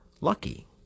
lucky